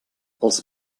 els